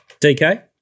DK